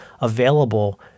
available